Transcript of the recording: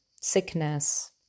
sickness